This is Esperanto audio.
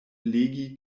legi